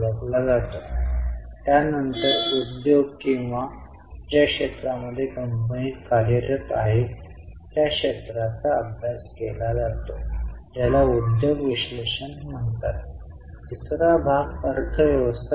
मालमत्ता उपकरणे आणि दीर्घ मुदतीची गुंतवणूक मी आणि भांडवली कर्जदार सीएसीएल बँक शिल्लक होते ही रोख आणि रोख समकक्ष वस्तू आहे